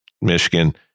Michigan